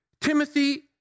Timothy